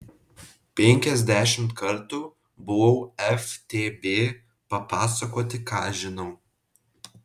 penkiasdešimt kartų buvau ftb papasakoti ką žinau